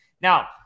Now